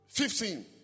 Fifteen